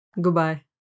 Goodbye